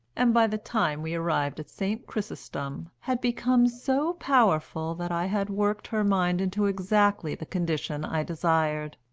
and by the time we arrived at st. chrysostom had become so powerful that i had worked her mind into exactly the condition i desired.